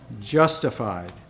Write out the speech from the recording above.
justified